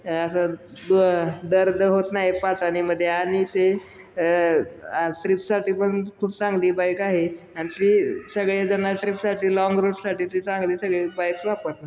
असं दर्द होत नाही पातानीमध्ये आणि ते ट्र्रीपसाठी पण खूप चांगली बाईक आहे आणि ती सगळेजण ट्रिपसाठी लाँग रूटसाठी ती चांगली सगळे बाईक्स वापरतात